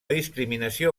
discriminació